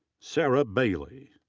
sara bailey.